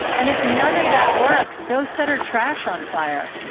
and if none of that works, go set her trash on fire